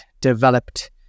developed